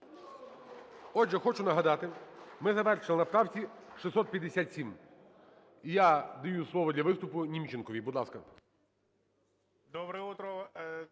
Отже, хочу нагадати, ми завершили на правці 657. І я даю слово для виступу Німченкові. Будь ласка.